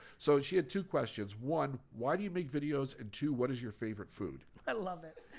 so she had two questions. one, why do you make videos and two, what is your favorite food? i love it.